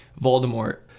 Voldemort